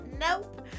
nope